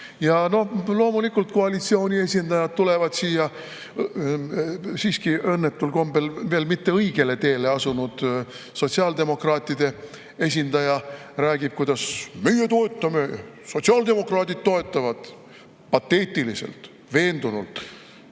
Ja loomulikult koalitsiooni esindajad tulevad siia. Siiski õnnetul kombel veel mitte õigele teele asunud sotsiaaldemokraatide esindaja räägib, kuidas nemad toetavad, sotsiaaldemokraadid toetavad – pateetiliselt, veendunult,